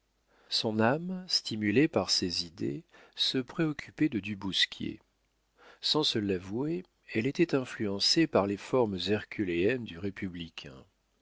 son âme stimulée par ces idées se préoccupait de du bousquier sans se l'avouer elle était influencée par les formes herculéennes du républicain